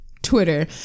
Twitter